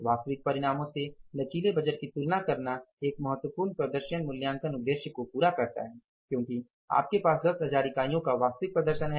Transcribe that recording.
वास्तविक परिणामों से लचीले बजटों की तुलना करना एक महत्वपूर्ण प्रदर्शन मूल्यांकन उद्देश्य को पूरा करता है क्योंकि आपके पास 10 हजार इकाइयां का वास्तविक प्रदर्शन हैं